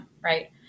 right